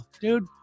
dude